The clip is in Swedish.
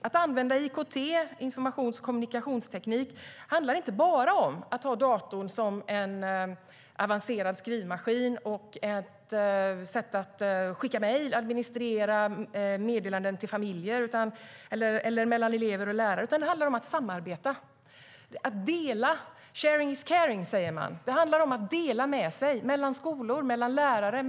Att använda informations och kommunikationsteknik, IKT, handlar inte bara om att ha datorn som en avancerad skrivmaskin, att skicka mejl och att administrera meddelanden till familjer eller mellan elever och lärare, utan det handlar om att samarbeta och dela med sig. Sharing is caring, säger man. Det handlar om att dela med sig mellan skolor, lärare och elever.